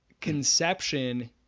conception